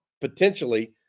potentially